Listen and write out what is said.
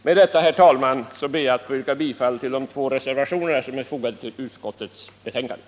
Med detta, herr talman, ber jag att få yrka bifall till de två reservationerna som är fogade vid utskottets betänkande.